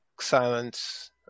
silence